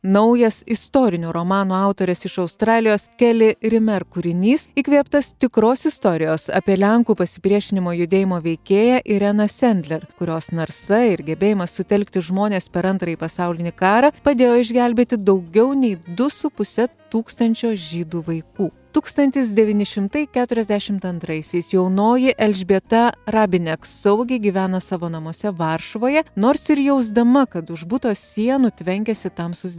naujas istorinių romanų autorės iš australijos keli rimer kūrinys įkvėptas tikros istorijos apie lenkų pasipriešinimo judėjimo veikėją ireną sendler kurios narsa ir gebėjimas sutelkti žmones per antrąjį pasaulinį karą padėjo išgelbėti daugiau nei du su puse tūkstančio žydų vaikų tūkstantis devyni šimtai keturiasdešimt antraisiais jaunoji elžbieta rabineks saugiai gyvena savo namuose varšuvoje nors ir jausdama kad už buto sienų tvenkiasi tamsūs